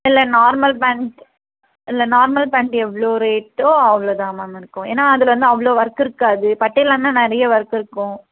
இல்லை normal pant இல்லை normal pant எவ்வளோ ரேட்டோ அவ்வளோதான் மேம் இருக்கும் ஏன்னா அதில் வந்து அவ்வளோ ஒர்க் இருக்காது பட்டியாலானா நிறையா ஒர்க் இருக்கும்